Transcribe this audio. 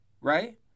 right